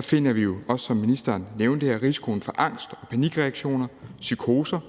finder vi jo, som ministeren også nævner her, risikoen for angst og panikreaktioner, psykoser